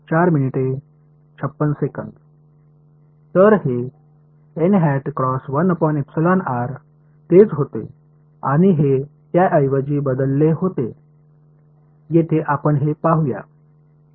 तर हे तेच होते आणि हे त्याऐवजी बदलले होते येथे आपण हे पाहू या